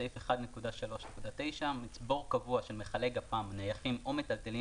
סעיף 1.3.9: "מצבור קבוע של מכלי פג"מ נייחים או מיטלטלים